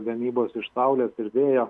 gamybos iš saulės ir vėjo